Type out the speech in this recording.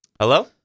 Hello